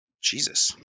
Jesus